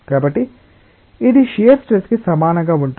కాబట్టి ఇది shear stress కి సమానంగా ఉంటుంది